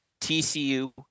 TCU